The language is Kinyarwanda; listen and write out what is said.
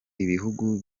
ibihugu